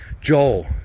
Joel